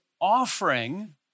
offering